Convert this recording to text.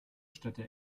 städte